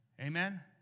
Amen